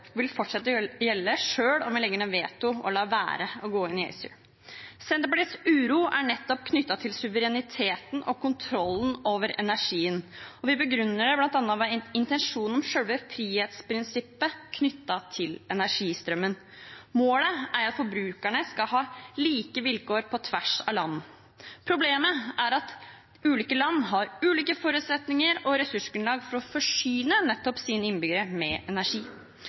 vil fortsette å gjelde selv om vi legger ned veto og lar være å gå inn i ACER. Senterpartiets uro er knyttet til suvereniteten og kontrollen over energien, og vi begrunner det bl.a. med intensjonen om selve frihetsprinsippet knyttet til energistrømmen. Målet er at forbrukerne skal ha like vilkår på tvers av land. Problemet er at ulike land har ulike forutsetninger og ulikt ressursgrunnlag for å forsyne nettopp sine innbyggere med energi.